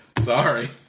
Sorry